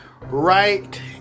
Right